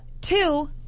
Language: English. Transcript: Two